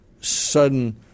sudden